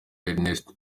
ernest